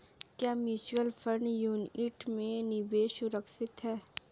क्या mutual fund unit में निवेश सुरक्षित है?